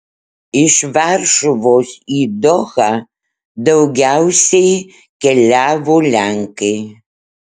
iš varšuvos į dohą daugiausiai keliavo lenkai